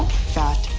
fat,